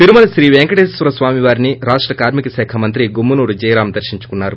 తిరుమల శ్రీ పేంకటేశ్వర స్వామి వారిని రాష్ట కార్మిక శాఖ మంత్రి గుమ్మనూరు జయరాం దర్శించుకున్నారు